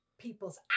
people's